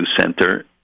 center